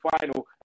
final